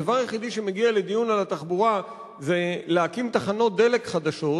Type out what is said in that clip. הדבר היחידי שמגיע לדיון על התחבורה זה להקים תחנות דלק חדשות,